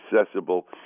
accessible